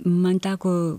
man teko